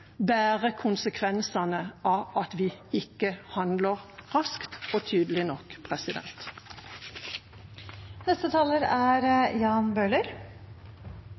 konsekvensene av at vi ikke handler raskt og tydelig nok.